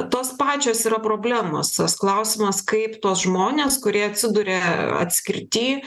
tos pačios yra problemos tas klausimas kaip tuos žmones kurie atsiduria atskirty